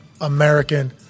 American